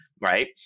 right